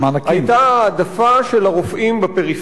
היתה העדפה של הרופאים בפריפריה.